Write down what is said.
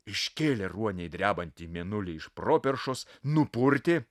iškėlė ruoniai drebantį mėnulį iš properšos nupurtė